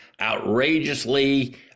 outrageously